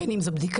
בין אם זו בדיקה,